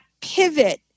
pivot